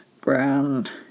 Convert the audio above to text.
ground